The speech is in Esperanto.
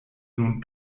nun